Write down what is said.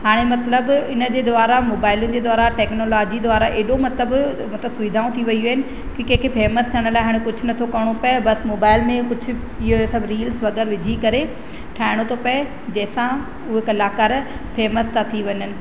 हाणे मतिलबु इन जे द्वारां मोबाइल जे द्वारा टेक्नोलॉजी द्वारां एॾो मतिलबु सुविधाऊं थी वियूं आहिनि की कंहिंखे फेमस थियण लाइ हाणे कुझु नथो करिणो पए बसि मोबाइल में कुझु इहे सभु रील्स वग़ैर विझी करे ठाहिणो थो पए जंहिंसां उहो कलाकारु फेमस था थी वञनि